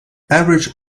average